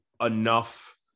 enough